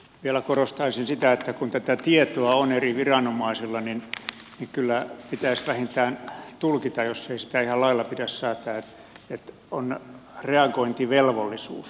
vielä korostaisin sitä että kun tätä tietoa on eri viranomaisilla niin kyllä pitäisi vähintään tulkita jos ei sitä ihan lailla pidä säätää että on reagointivelvollisuus